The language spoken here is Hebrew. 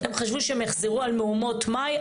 הם חשבו שהם יחזרו על מהומות מאי,